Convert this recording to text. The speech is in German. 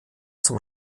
zum